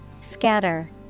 Scatter